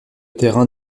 terrain